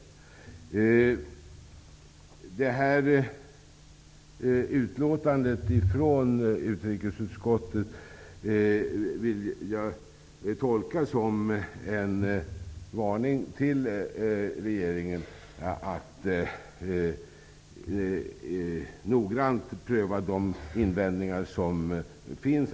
Detta utlåtande från utrikesutskottet vill jag tolka som en varning till regeringen att noggrant pröva de invändningar som finns.